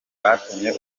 batumye